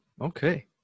Okay